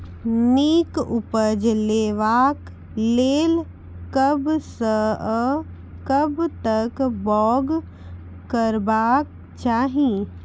नीक उपज लेवाक लेल कबसअ कब तक बौग करबाक चाही?